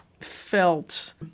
felt